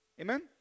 Amen